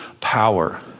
power